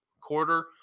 quarter